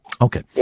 Okay